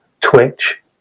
Twitch